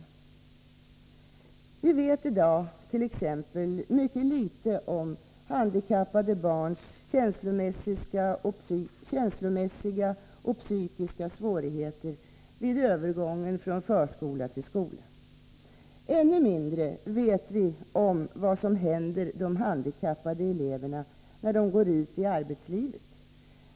I dag vet vi t.ex. mycket litet om handikappade barns känslomässiga och psykiska svårigheter vid övergången från förskola till skola. Ännu mindre vet vi om vad som händer de handikappade eleverna när de går ut i arbetslivet.